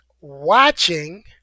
watching